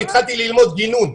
התחלתי ללמוד גינון.